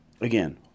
Again